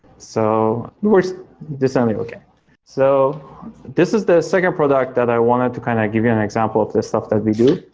so words descending okay so this is the second product that i wanted to kind of give you an example of this stuff that we do,